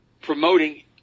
promoting